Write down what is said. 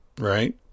right